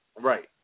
Right